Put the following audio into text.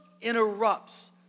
interrupts